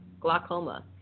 glaucoma